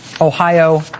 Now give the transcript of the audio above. Ohio